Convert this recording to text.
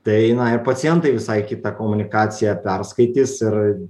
tai na ir pacientai visai kitą komunikaciją perskaitys ir